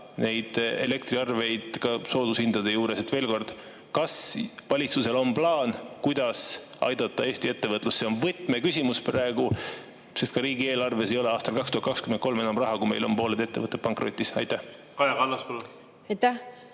elektriarveid ka soodushindade juures. Nii et veel kord: kas valitsusel on plaan, kuidas aidata Eesti ettevõtlust? See on võtmeküsimus praegu, sest ka riigieelarves ei ole aastal 2023 enam raha, kui meil on pooled ettevõtted pankrotis. Kaja